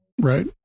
Right